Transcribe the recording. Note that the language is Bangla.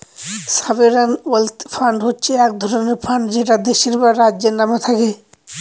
সভেরান ওয়েলথ ফান্ড হচ্ছে এক রকমের ফান্ড যেটা দেশের বা রাজ্যের নামে থাকে